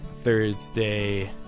Thursday